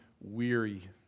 weary